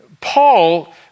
Paul